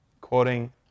Quoting